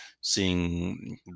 seeing